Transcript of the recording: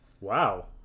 Wow